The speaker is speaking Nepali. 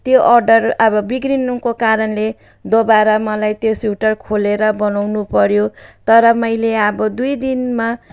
त्यो अर्डर अब बिग्रिनुको कारणले दोबारा मलाई त्यो स्वेटर खोलेर बनाउनुपर्यो तर मैले अब दुई दिनमा